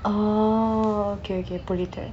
oh okay okay புரியுது:puriyuthu